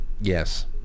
Yes